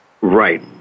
Right